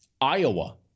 Iowa